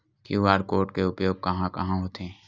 QR code के उपयोग कहां कहां होथे?